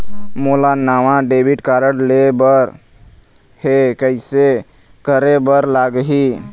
मोला नावा debit card लेबर हे, कइसे करे बर लगही?